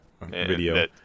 video